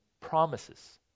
promises